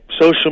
social